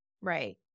right